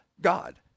God